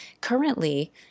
currently